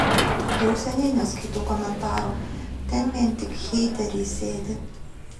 jau seniai neskaitau komentarų ten vien tik heiteriai sėdi